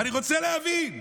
אני רוצה להבין.